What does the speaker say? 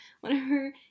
Whenever